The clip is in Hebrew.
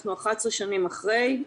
אנחנו 11 שנים אחרי.